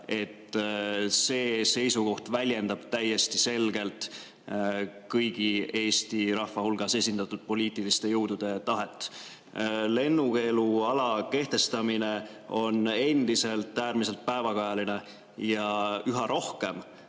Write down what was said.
see seisukoht väljendab täiesti selgelt kõigi Eesti rahva hulgas esindatud poliitiliste jõudude tahet. Lennukeeluala kehtestamine on endiselt äärmiselt päevakajaline ja on seda